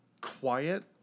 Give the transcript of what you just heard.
quiet